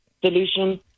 solution